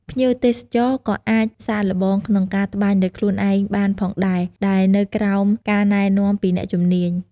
ភ្ញៀវទេសចរណ៍ក៏អាចសាកល្បងក្នុងការត្បាញដោយខ្លួនឯងបានផងដែរ ដែលនៅក្រោមការណែនាំពីអ្នកជំនាញ។